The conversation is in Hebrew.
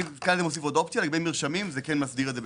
עוד אופציה - לגבי מרשמים זה מסדיר את זה.